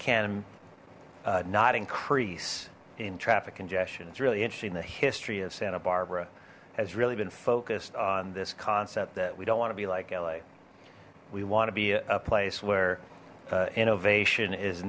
can not increase in traffic congestion it's really interesting the history of santa barbara has really been focused on this concept that we don't want to be like la we want to be a place where innovation is